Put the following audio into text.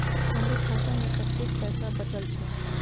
हमरो खाता में कतेक पैसा बचल छे?